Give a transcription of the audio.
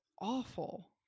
awful